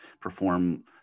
perform